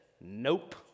Nope